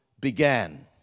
began